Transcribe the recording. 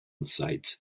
site